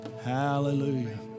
Hallelujah